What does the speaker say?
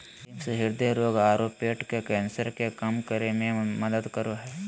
beans हृदय रोग आरो पेट के कैंसर के कम करे में मदद करो हइ